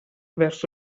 verso